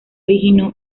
originó